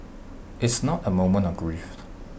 it's not A moment of grief